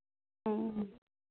ᱚ